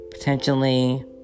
Potentially